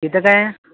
तिथं काय आहे